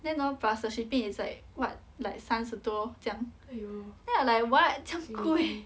then hor plus the shipping is like what like 三十多这样 then I'm like what 这样贵